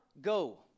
go